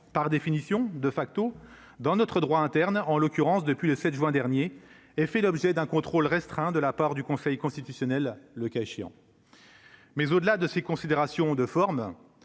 par définition de facto dans notre droit interne en l'occurrence, depuis le 7 juin dernier et fait l'objet d'un contrôle restreint de la part du Conseil constitutionnel, le cas échéant. Mais au-delà de ces considérations de forme,